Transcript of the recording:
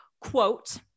Quote